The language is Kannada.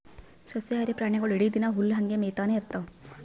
ಸಸ್ಯಾಹಾರಿ ಪ್ರಾಣಿಗೊಳ್ ಇಡೀ ದಿನಾ ಹುಲ್ಲ್ ಹಂಗೆ ಮೇಯ್ತಾನೆ ಇರ್ತವ್